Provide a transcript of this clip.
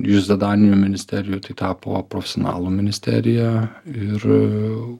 iš zadanijų ministerijų tai tapo profesionalų ministerija ir